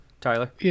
Tyler